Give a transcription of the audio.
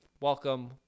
welcome